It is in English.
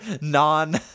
non